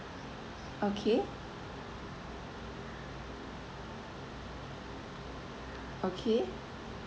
okay okay